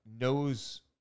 knows